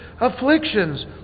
afflictions